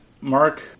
Mark